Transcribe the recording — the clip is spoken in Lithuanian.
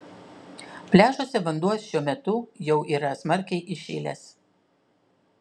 pliažuose vanduo šiuo metu jau yra smarkiai įšilęs